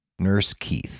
nursekeith